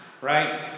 right